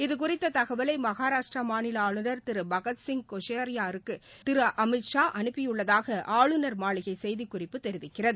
இதுகுறித்த தகவலை மகாராஷ்டிர மாநில ஆளுநர் பகத்சிங் கோஷியாரிக்கு திரு அமித்ஷா அனுப்பியுள்ளதாக ஆளுநர் மாளிகை செய்திக்குறிப்பு தெரிவிக்கிறது